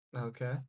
Okay